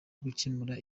gukemura